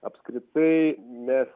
apskritai mes